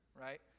right